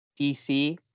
DC